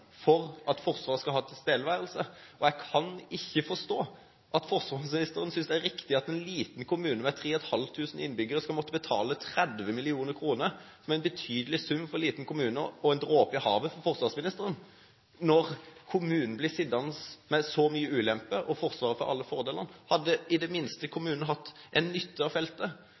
for at Forsvaret skal ha tilstedeværelse. Jeg kan ikke forstå at forsvarsministeren synes det er riktig at en liten kommune med 3 500 innbyggere skal måtte betale 30 mill. kr, som er en betydelig sum for en liten kommune og en dråpe i havet for forsvarsministeren, når kommunen blir sittende med så mange ulemper og Forsvaret får alle fordelene. Hadde i det minste kommunen hatt nytte av feltet.